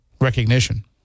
recognition